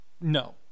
No